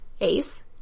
ace